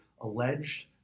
alleged